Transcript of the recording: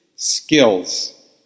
Skills